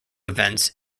events